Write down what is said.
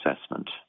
assessment